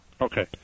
okay